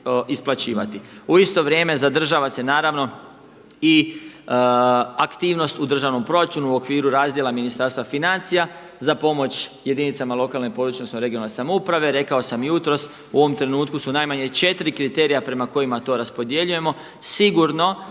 U isto vrijeme zadržava se naravno i aktivnost u državnom proračunu u okviru razdjela Ministarstva financija za pomoć jedinicama lokalne i područne odnosno regionalne samouprave. Rekao sam jutros u ovom trenutku su najmanje 4 kriterija prema kojima to raspodjeljujemo. Sigurno